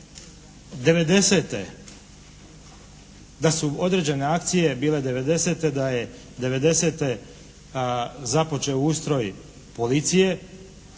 '90, da su određene akcije bile '90., da je '90. započeo ustroj Policije,